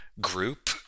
group